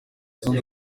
zunze